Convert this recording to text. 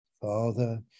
father